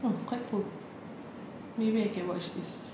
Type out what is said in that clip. oh quite cool maybe I can watch this